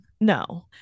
No